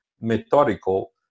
methodical